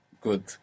Good